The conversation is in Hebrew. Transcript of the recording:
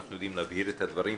אנחנו יודעים להבהיר את הדברים,